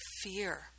fear